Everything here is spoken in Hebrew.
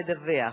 לדווח.